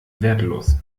wertlos